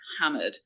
hammered